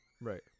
Right